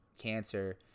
cancer